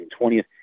20th